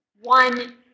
one